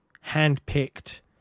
hand-picked